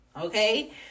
okay